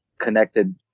connected